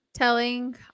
Telling